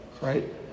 right